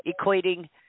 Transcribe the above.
equating